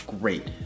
great